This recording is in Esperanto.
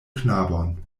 knabon